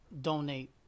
donate